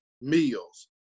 meals